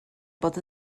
bod